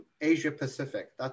Asia-Pacific